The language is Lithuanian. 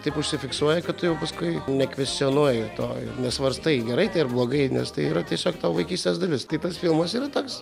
taip užsifiksuoja kad tu jau paskui nekvescionuoji to ir nesvarstai gerai tai ar blogai nes tai yra tiesiog tavo vaikystės dalis tai tas filmas yra toks